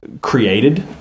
created